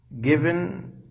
given